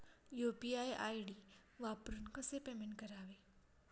UPI ID वापरून कसे payment करावे?